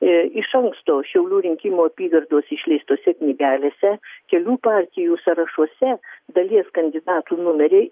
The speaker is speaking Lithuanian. iš anksto šiaulių rinkimų apygardos išleistose knygelėse kelių partijų sąrašuose dalies kandidatų numeriai skiriasi nuo